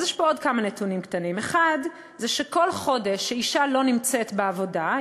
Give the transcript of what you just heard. אז יש פה עוד כמה נתונים קטנים: 1. כל חודש שאישה לא נמצאת בעבודה,